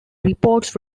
reports